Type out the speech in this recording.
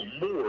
more